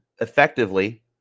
effectively